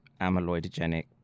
amyloidogenic